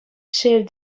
шел